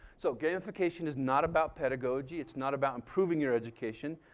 so, gamification is not about pedagogy, it's not about improving your education.